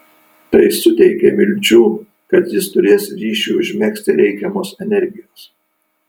tai suteikė vilčių kad jis turės ryšiui užmegzti reikiamos energijos